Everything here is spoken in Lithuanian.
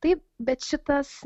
taip bet šitas